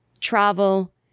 travel